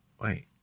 Wait